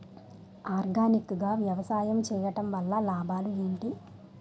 Organic గా వ్యవసాయం చేయడం వల్ల లాభాలు ఏంటి?